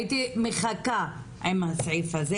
הייתי מחכה עם הסעיף הזה,